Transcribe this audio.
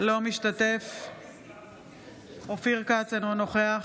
אינו משתתף בהצבעה אופיר כץ, אינו נוכח